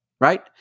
right